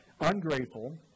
Ungrateful